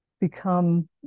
become